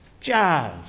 jazz